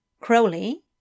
Crowley